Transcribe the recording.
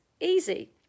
easy